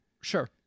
Sure